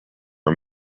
are